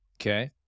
Okay